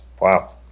Wow